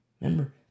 Remember